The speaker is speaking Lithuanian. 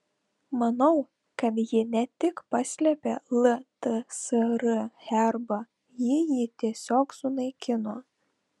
manau kad ji ne tik paslėpė ltsr herbą ji jį tiesiog sunaikino